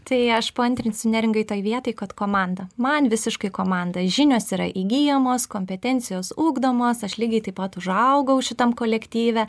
tai aš paantrinsiu neringai tai vietai kad komanda man visiškai komanda žinios yra įgyjamos kompetencijos ugdomos aš lygiai taip pat užaugau šitam kolektyve